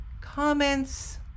comments